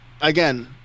Again